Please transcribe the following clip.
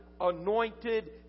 anointed